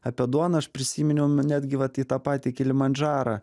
apie duoną aš prisiminiau netgi vat į tą patį kilimandžarą